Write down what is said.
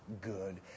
good